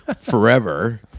forever